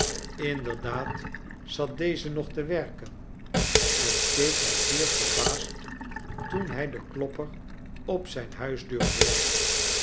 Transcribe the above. inderdaad zat cleze nog te werken en keek hij zeer verbaasd toen hij den klopper op zijn huisdeur hoorde